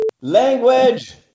Language